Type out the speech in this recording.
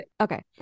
okay